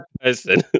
person